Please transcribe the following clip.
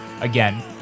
again